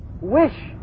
wish